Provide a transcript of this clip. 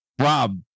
Rob